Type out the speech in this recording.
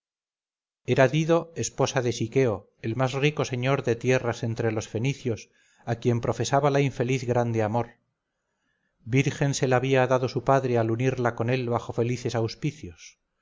era dido esposa de siqueo el más rico señor de tierras entre los fenicios y a quien profesaba la infeliz grande amor virgen se la había dado su padre al unirla con él bajo felices auspicios